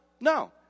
No